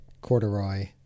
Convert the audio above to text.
corduroy